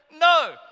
No